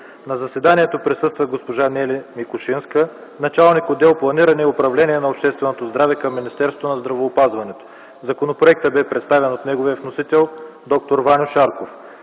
На заседанието присъства госпожа Нели Микошинска – началник-отдел „Планиране и управление на общественото здраве” към Министерство на здравеопазването. Законопроектът бе представен от неговия вносител д-р Ваньо Шарков.